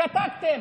שתקתם.